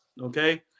Okay